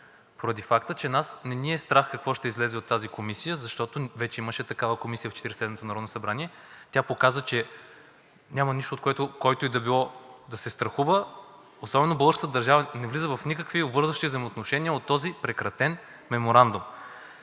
поради факта, че нас не ни е страх какво ще излезе от тази комисия, защото вече имаше такава комисия в Четиридесет и седмото народно събрание. Тя показа, че няма нищо, от което който и да било да се страхува. Българската държава не влиза в никакви обвързващи взаимоотношения от този прекратен меморандум.